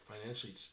financially